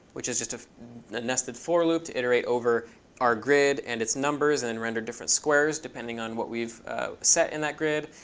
which is just a nested for loop to iterate over our grid and its numbers and then render different squares depending on what we've set in that grid.